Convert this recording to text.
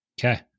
Okay